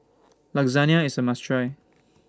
Lasagne IS A must Try